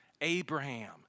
Abraham